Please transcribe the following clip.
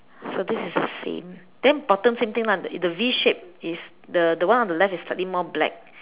so this is the same then bottom same thing lah the the V shape is the the one on the left is slightly more black